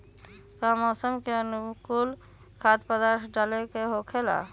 का मौसम के अनुकूल खाद्य पदार्थ डाले के होखेला?